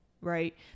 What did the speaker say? Right